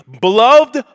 Beloved